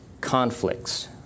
conflicts